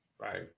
right